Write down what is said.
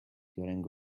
during